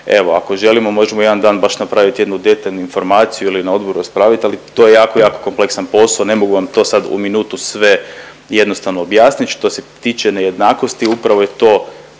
ako želimo, možemo jedan dan baš napravit jednu detaljnu informaciju ili na odboru raspraviti, ali to je jako, jako kompleksan posao ne mogu vam to sad u minutu sve jednostavno objasnit. Što se tiče nejednakosti, upravo je to